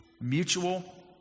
mutual